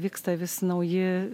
vyksta vis nauji